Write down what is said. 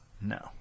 No